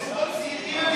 תוך חודש הם ירדו.